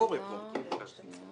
קורה פה?